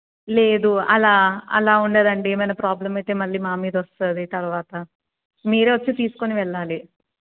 లేదు అలా అలా ఉండదండి ఏమైనా ప్రాబ్లం అయితే మళ్ళీ మా మీద వస్తుంది తర్వాత మీరే వచ్చి తీసుకొని వెళ్ళాలి